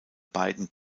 beiden